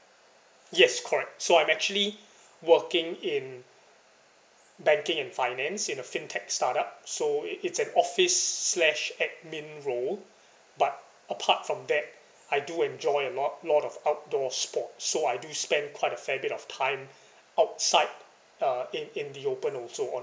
yes correct so I'm actually working in banking and finance in a fintech startup so it's an office slash admin role but apart from that I do enjoy a lot lot of outdoor sports so I do spend quite a fair bit of time outside uh in in the open also on